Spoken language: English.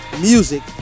music